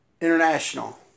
International